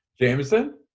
Jameson